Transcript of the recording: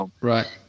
Right